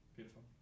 Beautiful